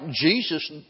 Jesus